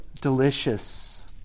delicious